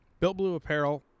Builtblueapparel